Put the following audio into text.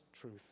truth